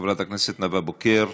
חברת הכנסת נאוה בוקר,